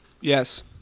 Yes